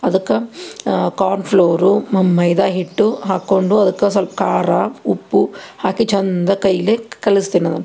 ಅದಕ್ಕೆ corn flour ಮ ಮೈದಾ ಹಿಟ್ಟು ಹಾಕ್ಕೊಂಡು ಅದಕ್ಕೆ ಸ್ವಲ್ಪ ಖಾರ ಉಪ್ಪು ಹಾಕಿ ಚಂದಾಗಿ ಕೈಲೇ ಕಲಸ್ತೀನಿ ಅದನ್ನು